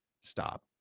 stop